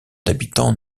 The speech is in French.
d’habitants